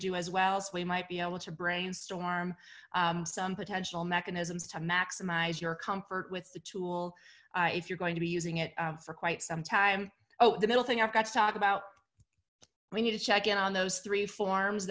do as well so we might be able to brainstorm some potential mechanisms to maximize your comfort with the tool if you're going to be using it for quite some time oh the middle thing i forgot to talk about we need to check in on those three forms